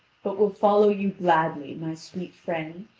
but will follow you gladly, my sweet friend,